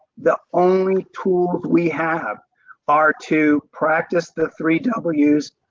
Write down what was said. the only tools we have are to practice the three w's,